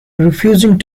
refusing